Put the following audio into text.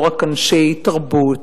לא רק אנשי תרבות,